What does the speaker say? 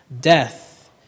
Death